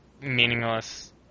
meaningless